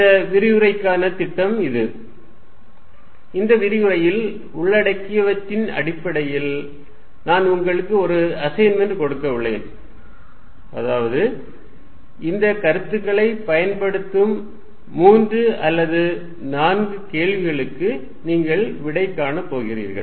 இந்த விரிவுரைக்கான திட்டம் இது இந்த விரிவுரையில் உள்ளடக்கியவற்றின் அடிப்படையில் நான் உங்களுக்கு ஒரு அசைன்மென்ட் கொடுக்க உள்ளேன் அதாவது இந்த கருத்துக்களைப் பயன்படுத்தும் மூன்று அல்லது நான்கு கேள்விகளுக்கு நீங்கள் விடை காண போகிறீர்கள்